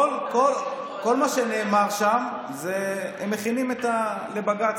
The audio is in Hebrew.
כל מה שנאמר שם, זה שהם מכינים לבג"ץ